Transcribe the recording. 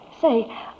Say